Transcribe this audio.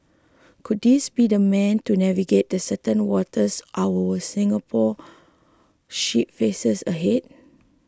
could this be the man to navigate the certain waters our Singapore ship faces ahead